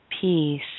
peace